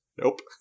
Nope